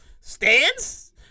stands